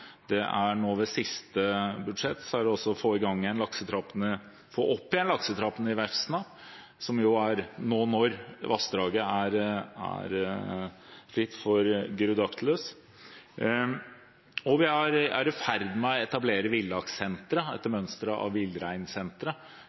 i Vefsna, nå når vassdraget er fritt for Gyrodactylus. Og vi er i ferd med å etablere villakssentre – etter mønster av villreinsenteret